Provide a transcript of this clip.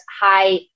high